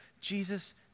Jesus